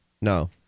no